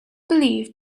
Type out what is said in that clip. believed